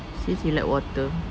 since he like water